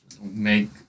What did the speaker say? Make